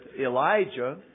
Elijah